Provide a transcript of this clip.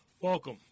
Welcome